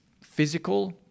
physical